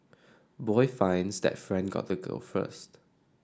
boy finds that friend got the girl first